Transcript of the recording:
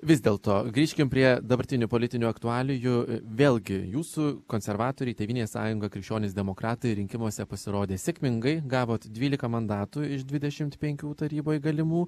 vis dėlto grįžkim prie dabartinių politinių aktualijų vėlgi jūsų konservatoriai tėvynės sąjunga krikščionys demokratai rinkimuose pasirodė sėkmingai gavot dvylika mandatų iš dvidešimt penkių taryboj galimų